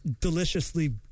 deliciously